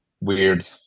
weird